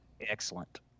excellent